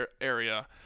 area